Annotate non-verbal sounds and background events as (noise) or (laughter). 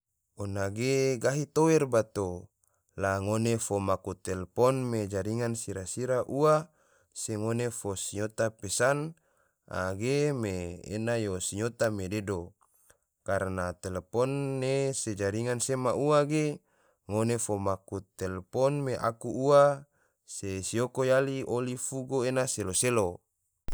Ona ge gahi tower bato, la ngone fo maku telpon me jaringan sira-sira ua, se ngone fo sinyota pesan, a ge me ena sinyota me dedo, karna telepon ne se jaringan sea ua ge, ngone fo maku telpon me aku ua, se siyoko yali oli fugo ena selo-selo. (noise)